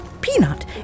Peanut